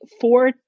four